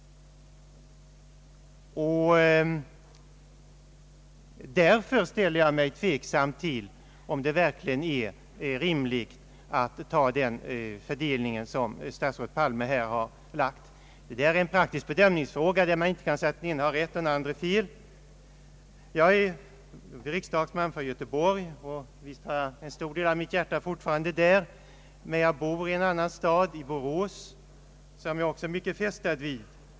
Därför ställer jag mig tveksam till om det verkligen är rimligt att ta den fördelning som statsrådet Palme här har föreslagit. Detta är faktiskt en bedömningsfråga, där man inte kan säga att den ene har rätt och den andre har fel. Jag är riksdagsman från Göteborg och har en stor del av mitt hjärta kvar där, men jag bor i en annan stad, Borås, som jag också är mycket fästad vid.